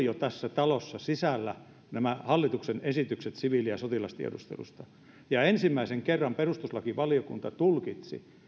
jo tässä talossa sisällä nämä hallituksen esitykset siviili ja sotilastiedustelusta ja ensimmäisen kerran perustuslakivaliokunta tulkitsi